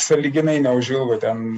sąlyginai neužilgo ten